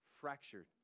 fractured